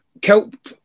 kelp